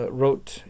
wrote